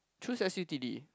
choose s_u_t_d